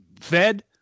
fed